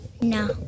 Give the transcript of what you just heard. No